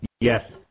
Yes